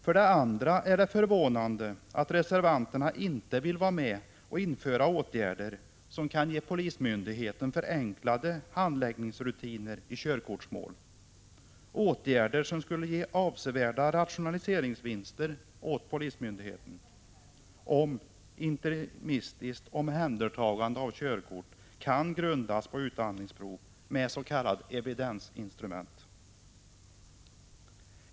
För det andra är det förvånande att reservanterna inte vill vara med och införa åtgärder som kan ge polismyndigheten förenklade handläggningsrutiner i körkortsmål, åtgärder som skulle betyda avsevärda rationaliseringsvinster för polismyndigheten, t.ex. om interimistiskt omhändertagande av körkort kan grundas på utandningsprov med s.k. evidensinstrument.